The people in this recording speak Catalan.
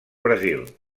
brasil